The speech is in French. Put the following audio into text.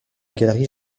galerie